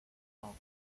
origin